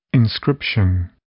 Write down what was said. Inscription